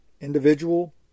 individual